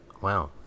Wow